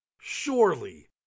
Surely